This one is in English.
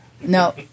No